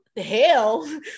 hell